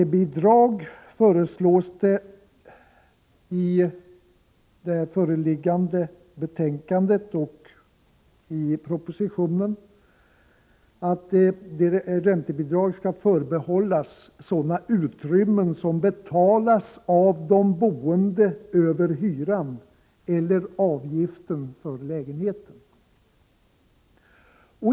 I det föreliggande betänkandet och i propositionen föreslår man att räntebidrag skall förbehållas sådana utrymmen som betalas av de boende över hyran eller avgiften för lägenheten.